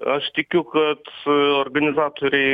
aš tikiu kad organizatoriai